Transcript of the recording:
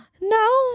no